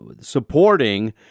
Supporting